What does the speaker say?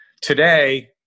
Today